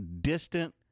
distant